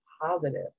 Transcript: positive